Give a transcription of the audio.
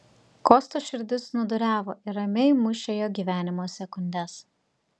kosto širdis snūduriavo ir ramiai mušė jo gyvenimo sekundes